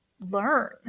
learn